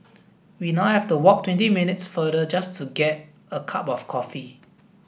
we now have to walk twenty minutes farther just to get a cup of coffee